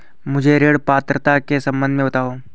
मुझे ऋण पात्रता के सम्बन्ध में बताओ?